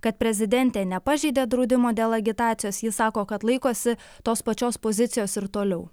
kad prezidentė nepažeidė draudimo dėl agitacijos ji sako kad laikosi tos pačios pozicijos ir toliau